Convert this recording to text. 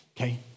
okay